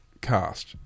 cast